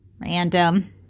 random